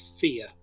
fear